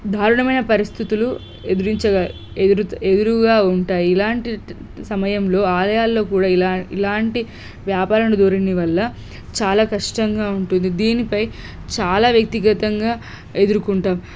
దారుణమైన పరిస్థితులు ఎదురించగా ఎదు ఎదురుగా ఉంటాయి ఇలాంటి సమయంలో ఆలయాల్లో కూడా ఇలా ఇలాంటి వ్యాపారణ ధోరణి వల్ల చాలా కష్టంగా ఉంటుంది దీనిపై చాలా వ్యక్తిగతంగా ఎదురుకుంటాము